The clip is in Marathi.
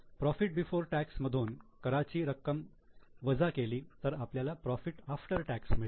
प्रॉफिट बिफोर टॅक्स मधून कराची रक्कम वजा केली तर आपल्याला प्रॉफिट आफ्टर टॅक्स मिळतो